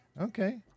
Okay